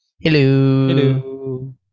Hello